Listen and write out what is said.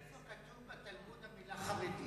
איפה כתובה בתלמוד המלה "חרדי"?